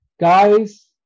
guys